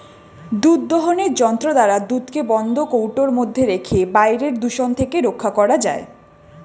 দুধ দোহনের যন্ত্র দ্বারা দুধকে বন্ধ কৌটোর মধ্যে রেখে বাইরের দূষণ থেকে রক্ষা করা যায়